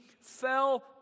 fell